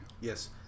Yes